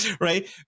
right